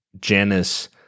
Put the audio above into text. Janice